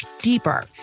deeper